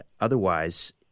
otherwise